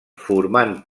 formant